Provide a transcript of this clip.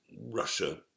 Russia